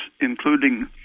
including